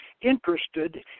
interested